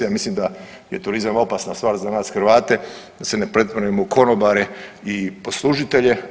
Ja mislim da je turizam opasna stvar za nas Hrvate, da se ne pretvorimo u konobare i poslužitelje.